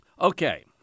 Okay